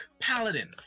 Paladin